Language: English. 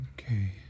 Okay